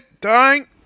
dying